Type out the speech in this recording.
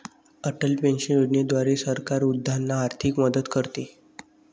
Atal pension योजनेद्वारे सरकार वृद्धांना आर्थिक मदत करते